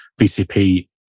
VCP